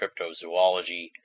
cryptozoology